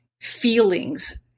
feelings